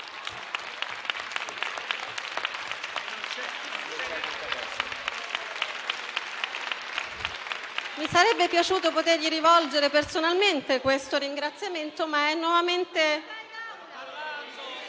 Mi sarebbe piaciuto potergli rivolgere personalmente questo ringraziamento, ma è nuovamente